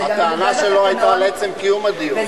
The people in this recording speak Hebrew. הטענה שלו היתה על עצם קיום הדיון.